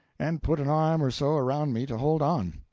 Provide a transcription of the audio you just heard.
and put an arm or so around me to hold on.